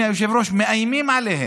מאיימות עליהם: